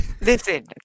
Listen